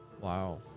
Wow